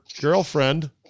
girlfriend